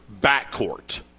backcourt